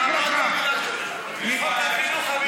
אמרת מילה על הדוכן, תעמוד במילה.